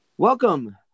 Welcome